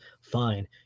Fine